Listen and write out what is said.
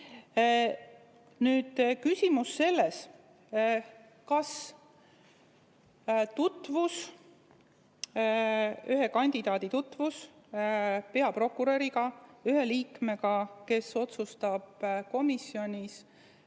Nüüd küsimus sellest, kas ühe kandidaadi tutvus peaprokuröriga, ühe liikmega, kes otsustab komisjonis